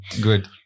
Good